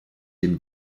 dem